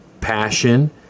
passion